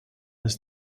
has